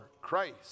Christ